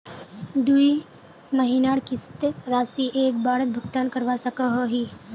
दुई महीनार किस्त राशि एक बारोत भुगतान करवा सकोहो ही?